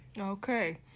Okay